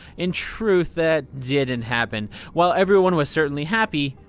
in truth, that didn't happen. while everyone was certainly happy,